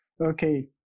Okay